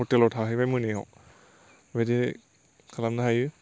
हटेलाव थाहैबाय मोनायाव बेबायदि खालामनो हायो